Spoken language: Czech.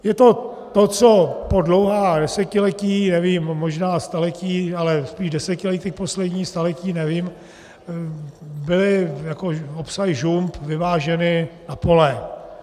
Je to to, co po dlouhá desetiletí, nevím, možná staletí, ale spíš desetiletí, ta poslední staletí nevím byly obsahy žump vyváženy na pole.